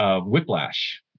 Whiplash